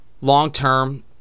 long-term